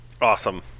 Awesome